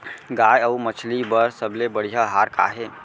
गाय अऊ मछली बर सबले बढ़िया आहार का हे?